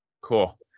Cool